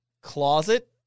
closet